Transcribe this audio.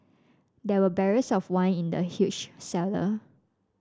there were barrels of wine in the huge cellar